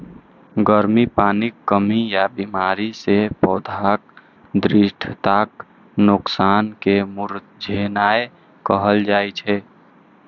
गर्मी, पानिक कमी या बीमारी सं पौधाक दृढ़ताक नोकसान कें मुरझेनाय कहल जाइ छै